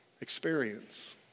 experience